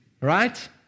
right